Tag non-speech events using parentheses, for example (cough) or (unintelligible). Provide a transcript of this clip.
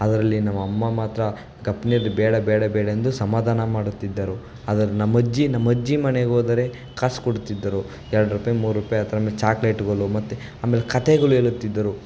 ಅದರಲ್ಲಿ ನಮ್ಮ ಅಮ್ಮ ಮಾತ್ರ (unintelligible) ಬೇಡ ಬೇಡ ಬೇಡ ಎಂದು ಸಮಾಧಾನ ಮಾಡುತ್ತಿದ್ದರು ಆದ್ರೆ ನಮ್ಮ ಅಜ್ಜಿ ನಮ್ಮ ಅಜ್ಜಿ ಮನೆಗ್ಹೋದರೆ ಕಾಸು ಕೊಡುತ್ತಿದ್ದರು ಎರಡು ರುಪಾಯಿ ಮೂರು ರುಪಾಯಿ ಆ ಥರವೇ ಚಾಕ್ಲೇಟುಗಳು ಮತ್ತು ಆಮೇಲೆ ಕಥೆಗಳು ಹೇಳುತ್ತಿದ್ದರು